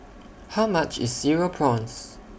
How much IS Cereal Prawns